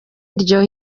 iryoha